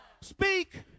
speak